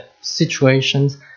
situations